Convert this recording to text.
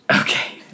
Okay